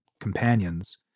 companions